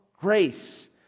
grace